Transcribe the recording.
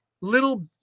little